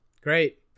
Great